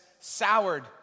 soured